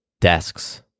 desks